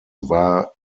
war